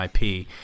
IP